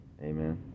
amen